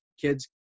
kids